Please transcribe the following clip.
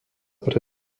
pre